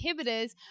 inhibitors